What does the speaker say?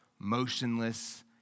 motionless